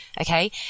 okay